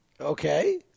Okay